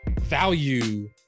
value